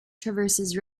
traverses